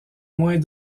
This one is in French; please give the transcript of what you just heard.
moins